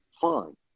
fine